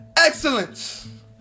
excellence